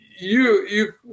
you—you